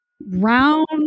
round